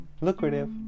lucrative